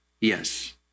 Yes